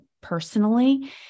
personally